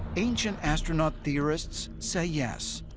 ancient astronaut theorists say yes,